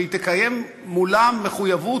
שהיא תקיים מולם מחויבות.